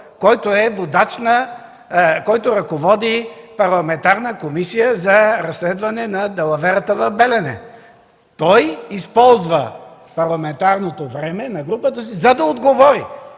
представител, който ръководи парламентарна комисия за разследване на далаверата в „Белене”. Той използва парламентарното време на групата си, за да отговори.